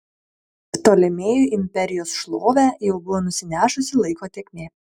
ptolemėjų imperijos šlovę jau buvo nusinešusi laiko tėkmė